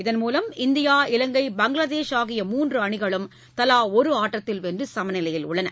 இதன்மூலம் இந்தியா இலங்கை பங்களாதேஷ் ஆகிய மூன்று அணிகளும் தவா ஒரு ஆட்டத்தில் வென்று சமநிலையில் உள்ளன